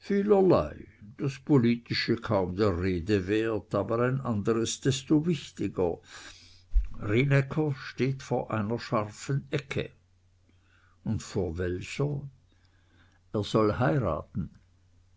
das politische kaum der rede wert aber ein anderes desto wichtiger rienäcker steht vor einer scharfen ecke und vor welcher er soll heiraten